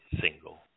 single